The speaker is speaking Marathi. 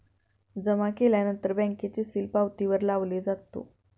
जमा केल्यानंतर बँकेचे सील पावतीवर लावले जातो